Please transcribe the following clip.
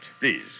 please